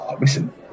listen